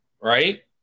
right